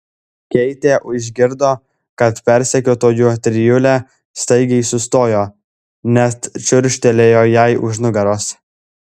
keitė išgirdo kad persekiotojų trijulė staigiai sustojo net čiūžtelėjo jai už nugaros